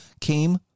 came